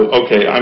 okay